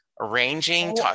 arranging